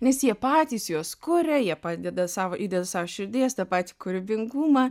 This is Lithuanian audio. nes jie patys juos kuria jie padeda savo įdeda savo širdies tą patį kūrybingumą